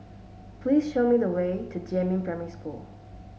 please show me the way to Jiemin Primary School